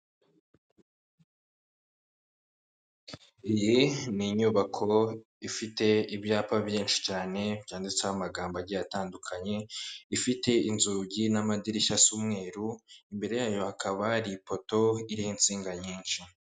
Iyi ni inyubako ifite ibyapa byinshi cyane, byanditseho amagambo agiye atandukanye, ifite inzugi n'amadirishya asa umweru, mbere yayo hakaba hari ipoto iriho insinga nyinshi.